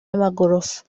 amagorofa